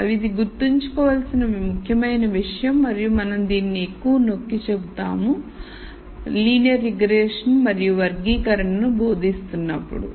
ఇది గుర్తుంచుకోవలసిన ముఖ్యమైన విషయం మరియు మనం దీనిని ఎక్కువ నొక్కిచెబుతాము సరళ రిగ్రెషన్ మరియు వర్గీకరణను బోధిస్తున్నప్పుడు